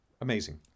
amazing